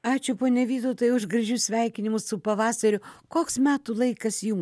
ačiū pone vytautai už gražius sveikinimus su pavasariu koks metų laikas jum